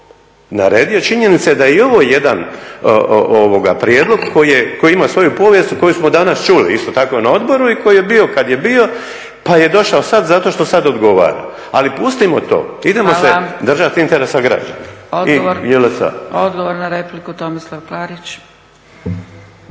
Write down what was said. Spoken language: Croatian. naredio činjenica je da je i ovo jedan prijedlog koji ima svoju povijest koju smo danas čuli isto tako na odboru i koji je bio kada je bio pa je došao sada zato što sada odgovara, ali pustimo to idemo se držati interesa građana. **Zgrebec, Dragica (SDP)** Hvala.